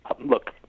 look